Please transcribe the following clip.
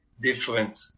different